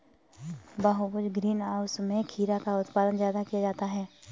बहुभुज greenhouse में खीरा का उत्पादन ज्यादा किया जाता है